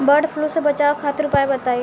वड फ्लू से बचाव खातिर उपाय बताई?